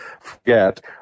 forget